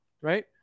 Right